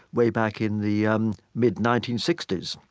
way back in the um mid nineteen sixty s,